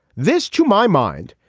this, to my mind,